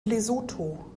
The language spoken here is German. lesotho